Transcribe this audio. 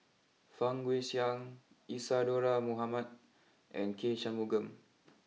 Fang Guixiang Isadhora Mohamed and K Shanmugam